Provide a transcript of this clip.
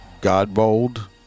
Godbold